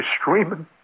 streaming